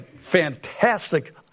fantastic